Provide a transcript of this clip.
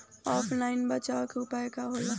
ऑफलाइनसे बचाव के उपाय का होला?